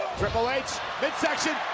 triple h midsection,